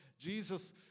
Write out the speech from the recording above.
Jesus